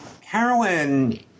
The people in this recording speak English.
heroin